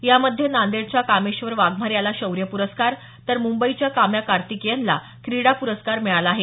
यामध्ये नांदेडच्या कामेश्वर वाघमारे याला शौर्य प्रस्कार तर मुंबईच्या काम्या कार्तिकेयनला क्रीडा प्रस्कार मिळाला आहे